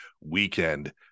weekend